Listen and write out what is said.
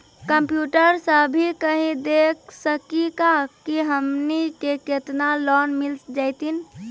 Computer सा भी कही देख सकी का की हमनी के केतना लोन मिल जैतिन?